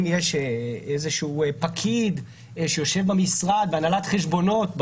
אם יש איזשהו פקיד שיושב במשרד בהנהלת חשבונות,